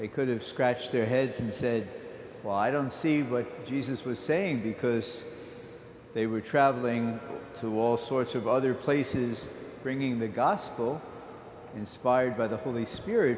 they could have scratched their heads and said well i don't see what jesus was saying because they were traveling to all sorts of other places bringing the gospel inspired by the holy spirit